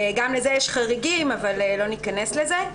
גם לזה יש חריגים, אבל לא ניכנס לזה.